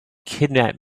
kidnap